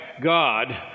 God